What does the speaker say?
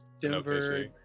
denver